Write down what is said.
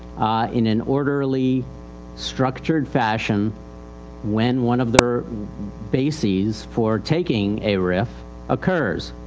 in an orderly structured fashion when one of their bases for taking a rif occurs.